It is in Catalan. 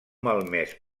malmès